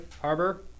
Harbor